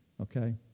Okay